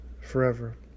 forever